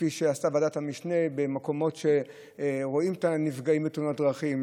כפי שעשתה ועדת המשנה במקומות שרואים את הנפגעים בתאונות דרכים,